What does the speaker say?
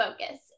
Focus